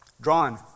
drawn